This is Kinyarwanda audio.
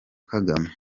kagame